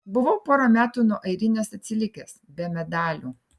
buvau porą metų nuo airinės atsilikęs be medalių